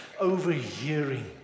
overhearing